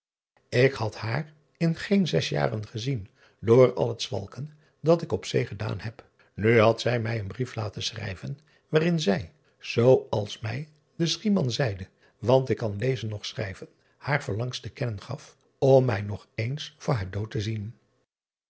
k had haar in geen zes jaren gezien door al het zwalken dat ik op zee gedaan heb u had zij mij een brief laten schrijven waarin zij zoo als mij de chieman zeide want ik kan lezen noch schrijven haar verlangst te kennen gaf om mij nog eens voor haar dood te zien